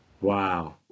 Wow